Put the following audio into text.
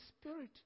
spirit